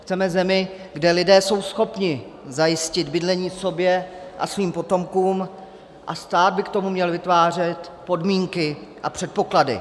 Chceme zemi, kde lidé jsou schopni zajistit bydlení sobě a svým potomkům, a stát by k tomu měl vytvářet podmínky a předpoklady.